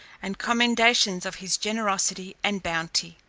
and commendations of his generosity and bounty.